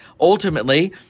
Ultimately